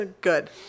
Good